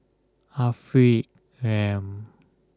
Afiq M